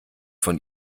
von